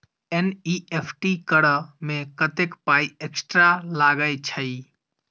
NEFT करऽ मे कत्तेक पाई एक्स्ट्रा लागई छई?